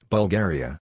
Bulgaria